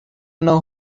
know